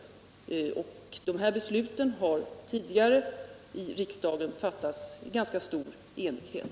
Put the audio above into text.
Besluten om dessa bidrag har riksdagen tidigare fattat i ganska stor enighet.